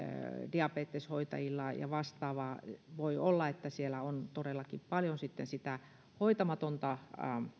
diabeteshoitajilla ja vastaavaa voi olla että siellä on todellakin paljon hoitamatonta